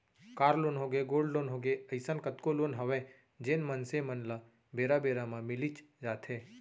car loan होगे, gold loan होगे, अइसन कतको लोन हवय जेन मनसे मन ल बेरा बेरा म मिलीच जाथे